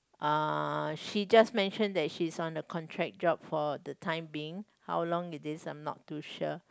uh she just mentioned that she's on a contract job for the time being how long it is I'm not too sure